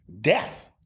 death